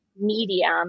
medium